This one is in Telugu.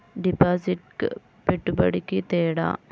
డిపాజిట్కి పెట్టుబడికి తేడా?